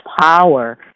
power